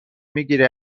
میگیره